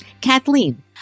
Kathleen